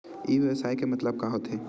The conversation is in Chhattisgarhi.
ई व्यवसाय के मतलब का होथे?